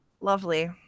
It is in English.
Lovely